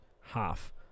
half